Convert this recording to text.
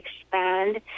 expand